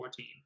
14